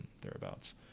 thereabouts